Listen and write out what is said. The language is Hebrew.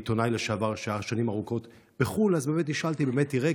הראשונה שנשאלתי הייתה,